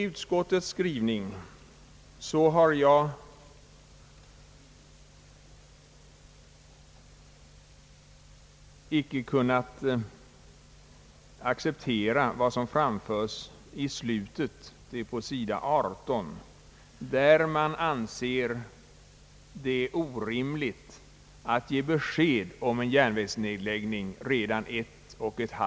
Jag har inte kunnat acceptera utskottets mening att det skall vara orimligt att redan ett och ett halvt år i förväg ge besked om en järnvägsnedläggning.